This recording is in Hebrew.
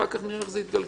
אחר כך נראה איך זה יתגלגל.